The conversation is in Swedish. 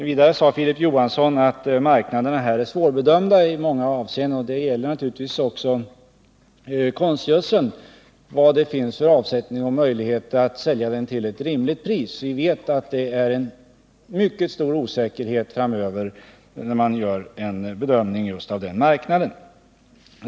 Vidare sade Filip Johansson att marknadsutsikter är svårbedömda i många avseenden, och det gäller naturligtvis också konstgödsel — vilken volym det finns avsättning för och vilka möjligheter det finns att sälja den till ett rimligt pris. Det är mycket stor osäkerhet framöver när det gäller att göra en bedömning av just den marknaden.